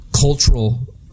cultural